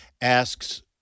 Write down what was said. asks